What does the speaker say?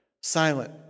silent